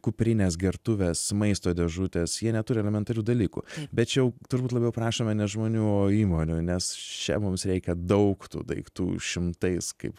kuprinės gertuvės maisto dėžutės jie neturi elementarių dalykų bet čia jau turbūt labiau prašome ne žmonių o įmonių nes čia mums reikia daug tų daiktų šimtais kaip